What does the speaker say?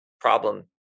problem